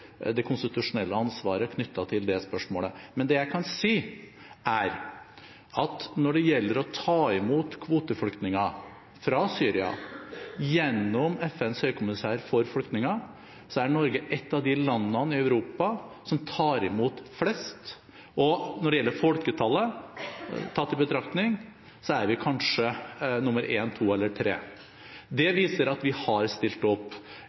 det konstitusjonelle ansvaret knyttet til det spørsmålet. Det jeg kan si, er at når det gjelder å ta imot kvoteflyktninger fra Syria gjennom FNs høykommissær for flyktninger, er Norge et av de landene i Europa som tar imot flest. Og når vi tar folketallet i betraktning, er vi kanskje nummer en, to eller tre. Det viser at vi har stilt opp